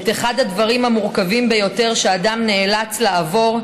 את אחד הדברים המורכבים ביותר שאדם נאלץ לעבור,